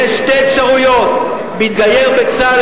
יש שתי אפשרויות: להתגייר בצה"ל,